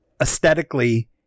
Aesthetically